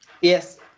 yes